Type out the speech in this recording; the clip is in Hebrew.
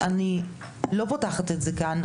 אני לא פותחת את זה כאן,